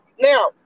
Now